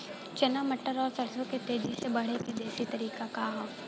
चना मटर और सरसों के तेजी से बढ़ने क देशी तरीका का ह?